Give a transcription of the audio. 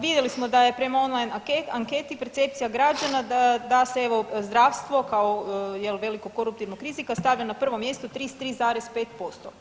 Vidjeli smo da je prema online anketi percepcija građana da se evo zdravstvo kao jel veliko koruptivnoj krizi ga stavlja na prvo mjesto 33,5%